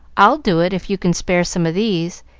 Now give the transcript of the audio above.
i'll do it if you can spare some of these,